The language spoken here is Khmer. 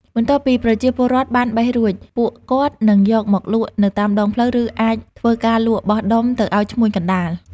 បន្ទាប់ពីប្រជាពលរដ្ឋបានបេះរួច ពួកគាត់នឹងយកមកលក់នៅតាមដងផ្លូវ ឬអាចធ្វើការលក់បោះដុំទៅអោយឈ្មួញកណ្តាល។